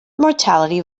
mortality